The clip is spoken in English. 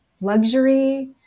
luxury